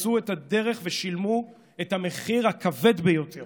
עשו את הדרך ושילמו את המחיר הכבד ביותר